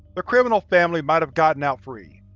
the criminal family might have gotten out free.